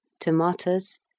tomatoes